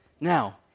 Now